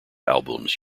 albums